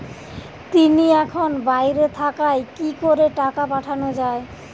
তিনি এখন বাইরে থাকায় কি করে টাকা পাঠানো য়ায়?